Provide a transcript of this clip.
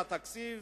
התקציב,